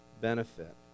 benefit